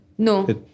No